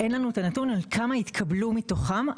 אין לנו את הנתון כמה התקבלו מתוכן.